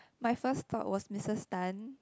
my first talk was Missus Tan